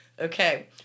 Okay